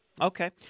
Okay